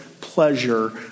pleasure